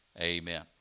amen